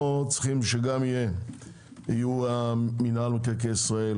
צריך שיהיו גם מינהל מקרקעי ישראל,